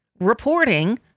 reporting